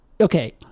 okay